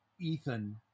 Ethan